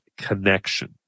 connection